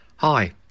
Hi